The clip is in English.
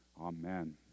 Amen